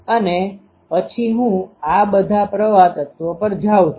અને પછી હું આ બધા પ્રવાહ તત્વો પર જાવ છુ